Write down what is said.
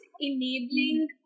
enabling